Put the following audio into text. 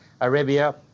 Arabia